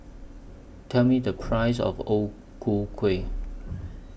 Tell Me The Price of O Ku Kueh